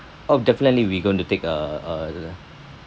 oh definitely we going to take uh the the